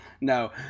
No